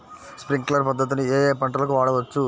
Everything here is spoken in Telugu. స్ప్రింక్లర్ పద్ధతిని ఏ ఏ పంటలకు వాడవచ్చు?